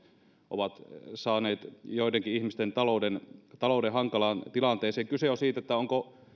ovat saaneet joidenkin ihmisten talouden talouden hankalaan tilanteeseen kyse on siitä onko